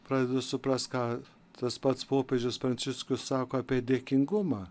pradedu suprast ką tas pats popiežius pranciškus sako apie dėkingumą